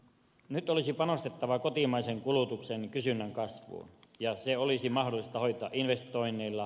nyt olisi panostettava kotimaisen kulutuksen kysynnän kasvuun ja se olisi mahdollista hoitaa investoinneilla